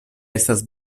estas